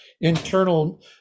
internal